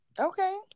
Okay